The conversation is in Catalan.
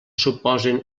suposen